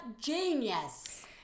genius